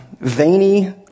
veiny